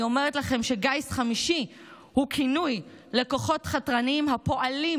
אני אומרת לכם שגיס חמישי הוא כינוי לכוחות חתרניים הפועלים